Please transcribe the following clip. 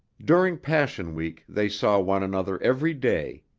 during passion week they saw one another every day.